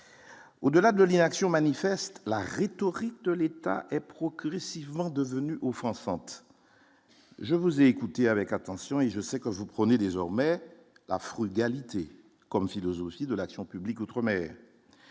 au-delà de l'inaction manifeste la rhétorique de l'État et procurer devenue offensante je vous ai écouté avec attention et je sais que vous prônez désormais la frugalité comme philosophie de l'action publique outre-mer